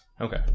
Okay